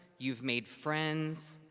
you have made friends,